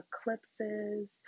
eclipses